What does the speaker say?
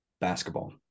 basketball